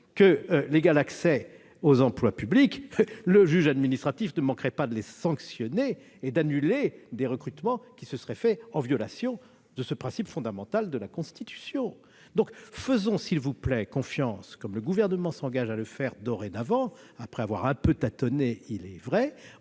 que l'égal accès aux emplois publics, le juge administratif ne manquerait pas de les sanctionner et d'annuler les recrutements qui seraient intervenus en violation de ce principe fondamental de la Constitution ! Faisons, s'il vous plaît, confiance aux élus locaux- le Gouvernement s'engage à le faire dorénavant après avoir, il est vrai,